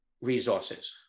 resources